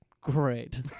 great